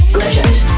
legend